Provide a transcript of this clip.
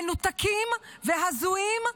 מנותקים והזויים,